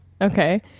okay